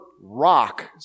rock